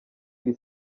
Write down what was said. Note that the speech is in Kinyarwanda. iri